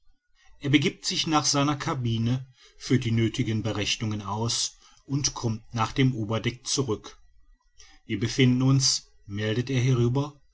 er begiebt sich nach seiner cabine führt die nöthigen berechnungen aus und kommt nach dem oberdeck zurück wir befinden uns meldet er hierüber